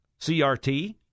CRT